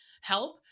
help